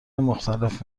مختلف